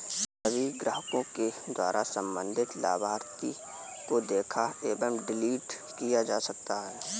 सभी ग्राहकों के द्वारा सम्बन्धित लाभार्थी को देखा एवं डिलीट किया जा सकता है